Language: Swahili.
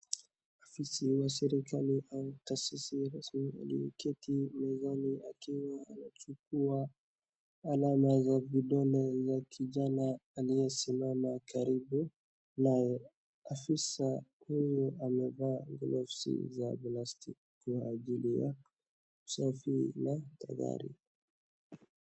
Afisa wa serikali au taasisi rasmi aliyeketi mezani akiwa anachukua alama za vidole za kijana aliyesimama karibu naye. Afisa huyu amevaa glovsi za plastiki kwa ajili ya usafi na tahadhari.